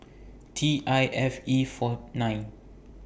T I F E four nine